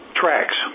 tracks